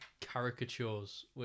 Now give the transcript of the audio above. caricatures